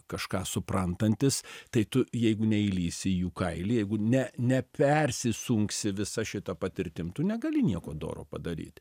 kažką suprantantys tai tu jeigu neįlįsi į jų kailį jeigu ne nepersisunksi visa šita patirtim tu negali nieko doro padaryti